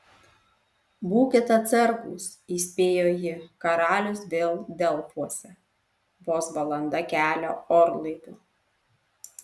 būkit atsargūs įspėjo ji karalius vėl delfuose vos valanda kelio orlaiviu